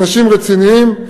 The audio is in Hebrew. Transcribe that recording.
אנשים רציניים.